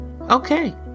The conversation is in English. okay